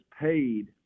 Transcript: paid